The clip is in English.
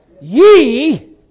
Ye